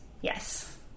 Yes